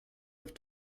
have